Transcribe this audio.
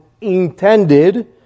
intended